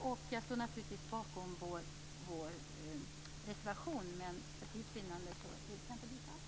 Jag står naturligtvis bakom vår reservation, men för tids vinnande yrkar jag inte bifall.